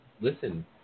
Listen